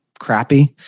crappy